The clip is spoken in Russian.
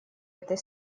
этой